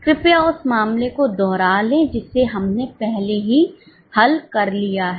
कृपया उस मामले को दोहरा ले जिसे हमने पहले ही हल कर दिया है